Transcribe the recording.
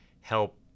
help